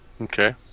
Okay